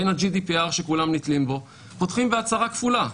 הן ה-GDPR שכולם נתלים בו פותחים בהצהרה כפולה.